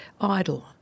idle